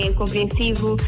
compreensivo